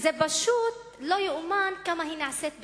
פשוט לא ייאמן כמה היא נעשית בקלות.